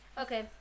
Okay